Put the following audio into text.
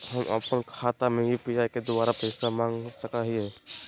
हम अपन खाता में यू.पी.आई के द्वारा पैसा मांग सकई हई?